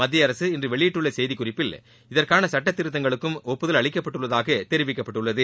மத்திய அரசு இன்று வெளியிட்டுள்ள செய்திக்குறிப்பில் இதற்கான சட்டத்திருத்தங்களுக்கும் ஒப்புதல் அளிக்கப்பட்டுள்ளதாக தெரிவிக்கப்பட்டு உள்ளது